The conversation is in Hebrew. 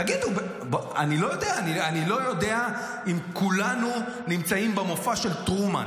תגידו, אני לא יודע אם כולנו נמצאים במופע של טרומן,